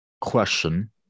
question